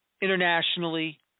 internationally